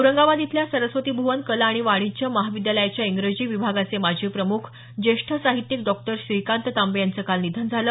औरंगाबाद इथल्या सरस्वती भुवन कला आणि वाणिज्य महाविद्यालयाच्या इंग्रजी विभागाचे माजी प्रमुख ज्येष्ठ साहित्यिक डॉक्टर श्रीकांत तांबे यांचं काल निधन झालं